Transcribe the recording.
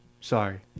Sorry